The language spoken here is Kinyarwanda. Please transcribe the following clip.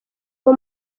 uwo